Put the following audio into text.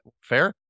fair